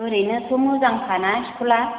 ओरैनोथ' मोजांखाना स्कुला